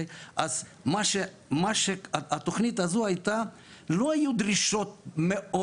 מה שהיה בתוכנית לא היו דרישות מאוד